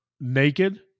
naked